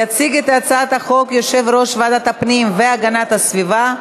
יציג את הצעת החוק יושב-ראש ועדת הפנים והגנת הסביבה,